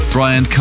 Brian